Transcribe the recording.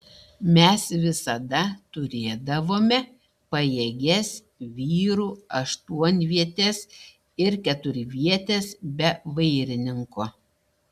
mes visada turėdavome pajėgias vyrų aštuonvietes ir keturvietes be vairininko